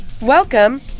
Welcome